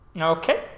Okay